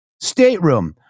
Stateroom